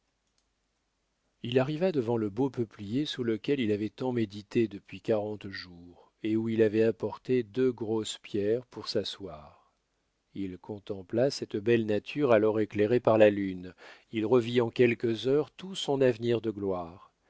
il arriva devant le beau peuplier sous lequel il avait tant médité depuis quarante jours et où il avait apporté deux grosses pierres pour s'asseoir il contempla cette belle nature alors éclairée par la lune il revit en quelques heures tout son avenir de gloire